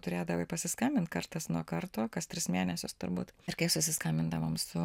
turėdavai pasiskambint kartas nuo karto kas tris mėnesius turbūt ir kai susiskambindavom su